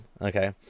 okay